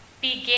Begin